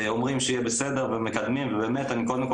אומרים שיהיה בסדר ומקדמים ובאמת אני קודם כל